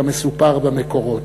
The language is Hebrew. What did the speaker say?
כמסופר במקורות.